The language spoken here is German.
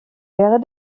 wäre